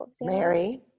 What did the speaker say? Mary